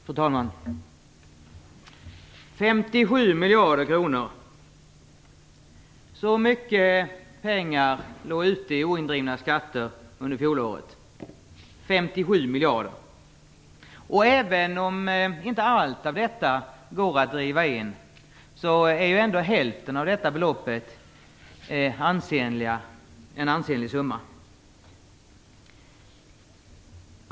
Fru talman! 57 miljarder kronor - så mycket pengar låg ute i oindrivna skatter under fjolåret. 57 miljarder! Även om inte allt går att driva in är ändå hälften av detta belopp en ansenlig summa.